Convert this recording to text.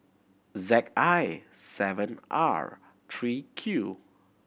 Z I seven R three Q